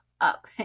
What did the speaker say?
up